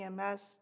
EMS